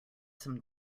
some